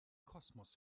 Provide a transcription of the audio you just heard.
kosmos